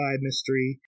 mystery